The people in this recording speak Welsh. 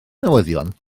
newyddion